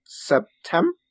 September